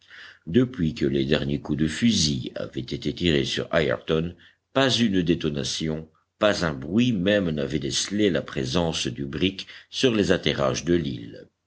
depuis que les derniers coups de fusil avaient été tirés sur ayrton pas une détonation pas un bruit même n'avait décelé la présence du brick sur les atterrages de l'île